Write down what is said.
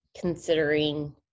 considering